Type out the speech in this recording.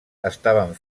estaven